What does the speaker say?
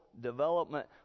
development